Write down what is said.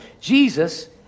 Jesus